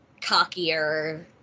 cockier